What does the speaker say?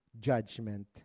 judgment